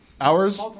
hours